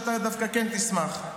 אתה דווקא כן תשמח.